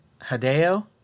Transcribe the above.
Hideo